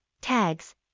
tags